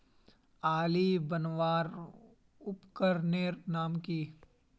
आली बनवार उपकरनेर नाम की?